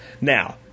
Now